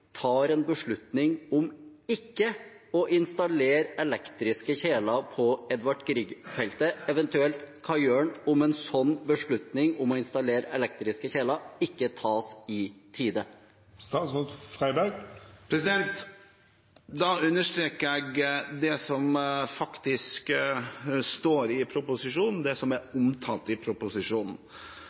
tar en beslutning om ikke å installere elektriske kjeler på Edvard Grieg-feltet? Eventuelt: Hva gjør han om en sånn beslutning om å installere elektriske kjeler ikke tas i tide? Da understreker jeg det som faktisk står i proposisjonen, det som er omtalt i proposisjonen.